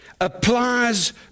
applies